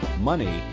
money